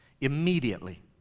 Immediately